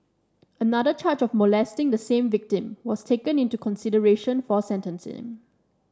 another charge of molesting the same victim was taken into consideration for sentencing